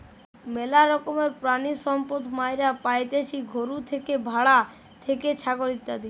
ম্যালা রকমের প্রাণিসম্পদ মাইরা পাইতেছি গরু থেকে, ভ্যাড়া থেকে, ছাগল ইত্যাদি